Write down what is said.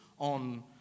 on